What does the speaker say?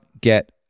get